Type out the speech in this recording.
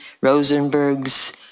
Rosenberg's